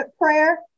prayer